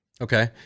Okay